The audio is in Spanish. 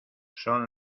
son